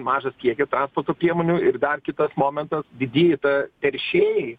mažas kiekis transporto priemonių ir dar kitas momentas didieji te teršėjai